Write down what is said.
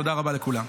תודה רבה לכולם.